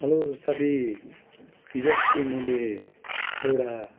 hello साथी हिजोअस्ति मैले एउटा